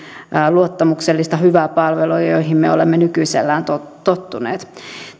luottamuksellista hyvää palvelua johon me olemme nykyisellään tottuneet